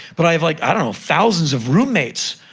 but i have, like, i don't know, thousands of roommates!